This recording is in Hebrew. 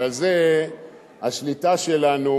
ועל זה השליטה שלנו,